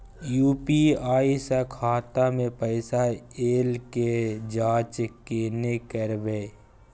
UPI स खाता मे पैसा ऐल के जाँच केने करबै?